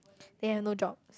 they have no job